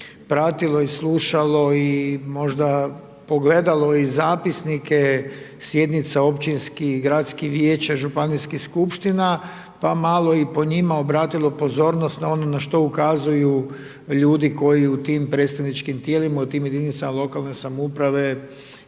pratilo i slušalo i možda pogledalo i zap9isnike sjednica općinskih i gradskih vijeća, županijskih skupština, pa malo i po njima obratilo pozornost na ono što ukazuju ljudi koji u tim predstavničkim tijelima, u tim jedinicama lokalne samouprave